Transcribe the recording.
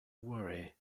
worry